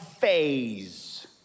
phase